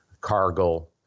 Cargill